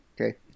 Okay